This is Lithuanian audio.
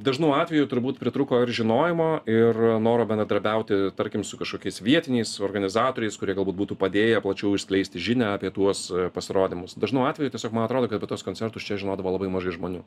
dažnu atveju turbūt pritrūko ir žinojimo ir noro bendradarbiauti tarkim su kažkokiais vietiniais organizatoriais kurie galbūt būtų padėję plačiau išskleisti žinią apie tuos pasirodymus dažnu atveju tiesiog man atrodo kad apie tuos koncertus čia žinodavo labai mažai žmonių